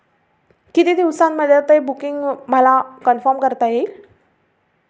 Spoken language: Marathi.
किती दिवसांमध्ये ते बुकिंग मला कन्फर्म करता येईल